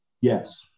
Yes